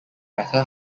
better